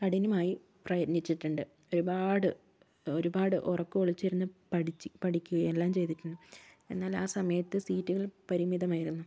കഠിനമായി പ്രയത്നിച്ചിട്ടുണ്ട് ഒരുപാട് ഒരുപാട് ഉറക്കം ഒഴിച്ചിരുന്ന് പഠിച്ച് പഠിക്കുകയും എല്ലാം ചെയ്തിട്ടുണ്ട് എന്നാൽ ആ സമയത്ത് സീറ്റുകൾ പരിമിതമായിരുന്നു